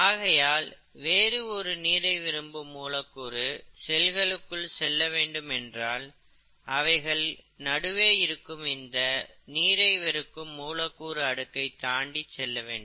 ஆகையால் வேறு ஒரு நீரை விரும்பும் மூலக்கூறு செல்களுக்குள் செல்ல வேண்டும் என்றால் அவைகள் நடுவே இருக்கும் நீரை வெறுக்கும் மூலக்கூறு அடுக்கை தாண்டிச் செல்லவேண்டும்